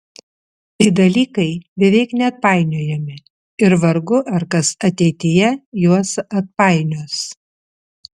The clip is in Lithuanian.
tai dalykai beveik neatpainiojami ir vargu ar kas ateityje juos atpainios